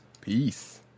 peace